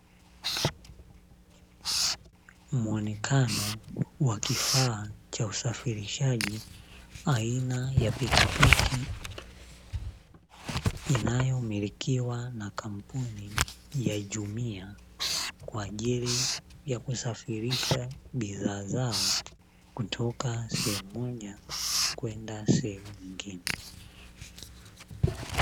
Muonekano wa kifaa cha usafirishaji aina ya pikipiki, inayomilikiwa na kampuni ya a jumia kwa ajili ya kusafirisha bidhaa zao kutoka sehemu moja kwenda sehemu nyingine.